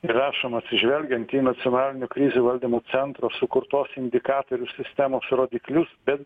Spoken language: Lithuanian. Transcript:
rašoma atsižvelgiant į nacionalinį krizių valdymo centro sukurtos indikatorių sistemos rodiklius bet